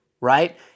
right